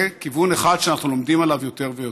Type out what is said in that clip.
זה כיוון אחד שאנחנו לומדים עליו יותר ויותר.